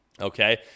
Okay